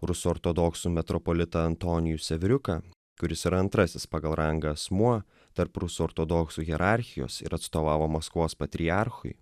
rusų ortodoksų metropolitą antonijų sevriuką kuris yra antrasis pagal rangą asmuo tarp rusų ortodoksų hierarchijos ir atstovavo maskvos patriarchui